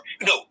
No